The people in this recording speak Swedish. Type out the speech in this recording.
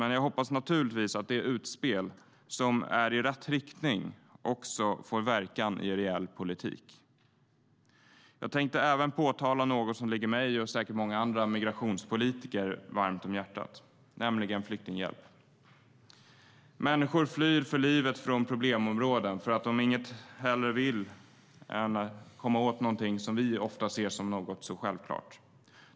Men jag hoppas naturligtvis att de utspel som är i rätt riktning också får verkan i reell politik. Jag tänkte även tala om något som ligger mig, och säkert många andra migrationspolitiker, varmt om hjärtat, nämligen flyktinghjälp. Människor flyr för livet från problemområden för att de inget hellre vill än att komma åt något som vi ofta ser som självklart.